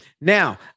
Now